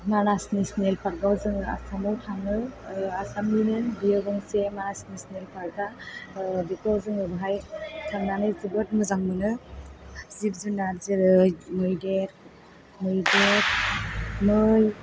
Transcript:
मानास national पार्कआव जोङो आसामाव आसामनिनो बियो गंसे मानास नेशनेल पार्कआ बेखौ जों बेहाय थांनानै जोबोद मोजां मोनो जिब जुनार जेरै मैदेर मैदेर मै